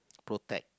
protect